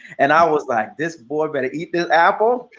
and i was like, this boy better eat this apple.